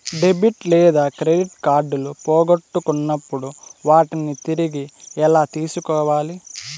debit లేదా credit కార్డులు పోగొట్టుకున్నప్పుడు వాటిని తిరిగి ఎలా తీసుకోవాలి